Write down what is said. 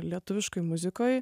lietuviškoj muzikoj